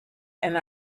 and